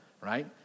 right